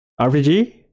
RPG